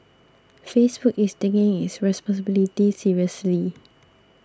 Facebook is taking its responsibility seriously